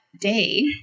day